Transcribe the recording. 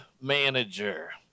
manager